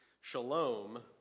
Shalom